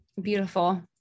Beautiful